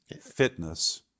Fitness